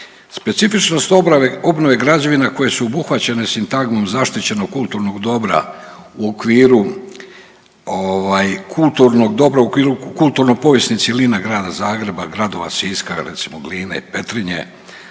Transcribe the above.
specifičnost obnove građevina koje su obuhvaćene sintagmom zaštićenog kulturnog dobra u okviru ovaj kulturnog dobra u okviru kulturno povijesnih cjelina Grada Zagreba, gradova Siska recimo Gline i Petrinje,